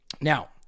Now